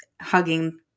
hugging